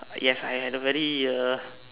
yes I had a very uh